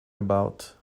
about